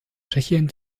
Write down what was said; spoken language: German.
tschechien